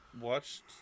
watched